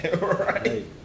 Right